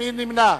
מי נמנע?